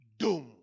doom